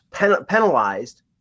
penalized